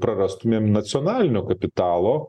prarastumėm nacionalinio kapitalo